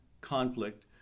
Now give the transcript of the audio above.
conflict